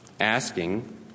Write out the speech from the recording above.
asking